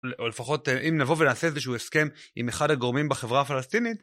או לפחות אם נבוא ונעשה איזשהו הסכם עם אחד הגורמים בחברה הפלסטינית.